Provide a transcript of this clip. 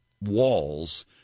walls